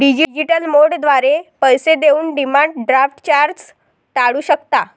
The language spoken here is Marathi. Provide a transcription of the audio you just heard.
डिजिटल मोडद्वारे पैसे देऊन डिमांड ड्राफ्ट चार्जेस टाळू शकता